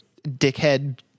dickhead